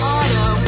Auto